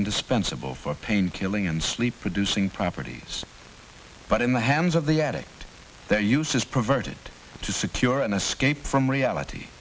indispensable for pain killing and sleep producing properties but in the hands of the addict their use is provided to secure an escape from reality